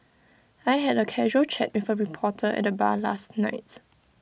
I had A casual chat with A reporter at the bar last night